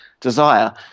desire